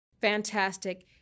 Fantastic